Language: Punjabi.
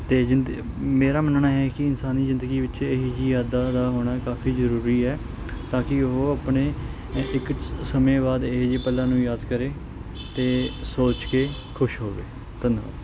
ਅਤੇ ਮੇਰਾ ਮੰਨਣਾ ਇਹ ਹੈ ਕਿ ਇਨਸਾਨੀ ਜ਼ਿੰਦਗੀ ਵਿੱਚ ਇਹ ਜਿਹੀ ਯਾਦਾਂ ਦਾ ਹੋਣਾ ਕਾਫ਼ੀ ਜ਼ਰੂਰੀ ਹੈ ਤਾਂ ਕਿ ਉਹ ਆਪਣੇ ਇੱਕ ਸਮੇਂ ਬਾਅਦ ਇਹੋ ਜਿਹੇ ਪਲਾਂ ਨੂੰ ਯਾਦ ਕਰੇ ਅਤੇ ਸੋਚ ਕੇ ਖੁਸ਼ ਹੋਵੇ ਧੰਨਵਾਦ